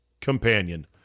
companion